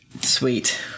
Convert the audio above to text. Sweet